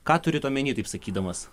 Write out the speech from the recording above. ką turit omeny taip sakydamas